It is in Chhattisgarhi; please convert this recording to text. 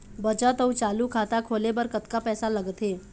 बचत अऊ चालू खाता खोले बर कतका पैसा लगथे?